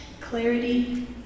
clarity